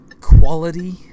quality